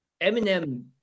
Eminem